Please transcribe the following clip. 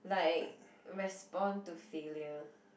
like respond to failure